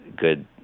good